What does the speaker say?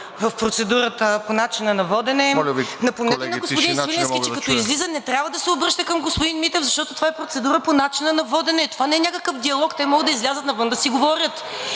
да чуя. ЕЛИСАВЕТА БЕЛОБРАДОВА: Напомнете на господин Свиленски, че като излиза, не трябва да се обръща към господин Митев, защото е процедура по начина на водене. Това не е някакъв диалог. Те могат да излязат навън да си говорят.